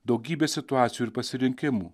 daugybė situacijų ir pasirinkimų